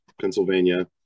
Pennsylvania